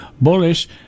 bullish